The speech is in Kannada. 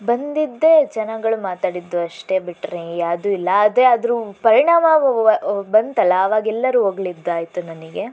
ಬಂದಿದ್ದೆ ಜನಗಳು ಮಾತಾಡಿದ್ದು ಅಷ್ಟೇ ಬಿಟ್ರೆ ಯಾವ್ದೂ ಇಲ್ಲ ಅದೇ ಅದರ ಪರಿಣಾಮ ಬಂತಲ್ಲ ಆವಾಗ ಎಲ್ಲರೂ ಹೊಗಳಿದ್ದಾಯ್ತು ನನಗೆ